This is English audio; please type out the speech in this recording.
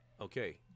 Okay